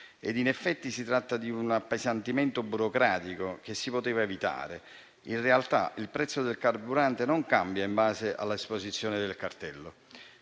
In effetti si tratta di un appesantimento burocratico che si poteva evitare, perché in realtà il prezzo del carburante non cambia in base all'esposizione del cartello.